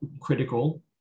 critical